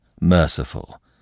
merciful